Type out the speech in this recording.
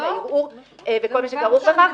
גזר הדין והערעור וכל מה שכרוך בכך.